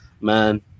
man